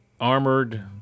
armored